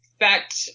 affect